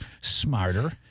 smarter